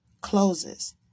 closes